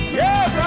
yes